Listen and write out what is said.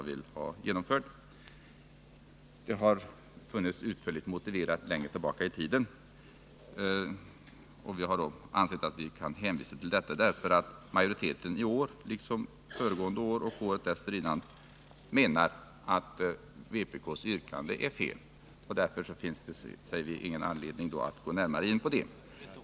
Det har emellertid funnits en utförlig motivering längre tillbaka i tiden, och vi har ansett oss kunna hänvisa till denna, eftersom majoriteten — i år liksom föregående år och året dessförinnan — ansett vpk:s yrkande felaktigt. Därför har vi sagt att det inte finns någon anledning att gå närmare in på det.